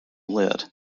lit